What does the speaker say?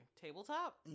tabletop